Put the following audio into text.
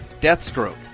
Deathstroke